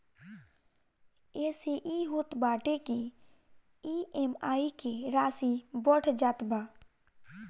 एसे इ होत बाटे की इ.एम.आई के राशी बढ़ जात बा